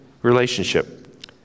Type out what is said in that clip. relationship